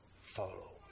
follow